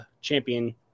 champion